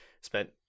Spent